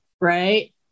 Right